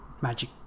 magic